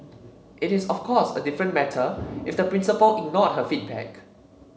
it is of course a different matter if the principal ignored her feedback